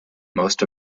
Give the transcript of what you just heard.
most